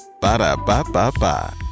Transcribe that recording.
Ba-da-ba-ba-ba